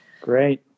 Great